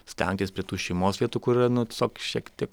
stengtis prie tų šeimos vietų kur yra nu tiesiog šiek tiek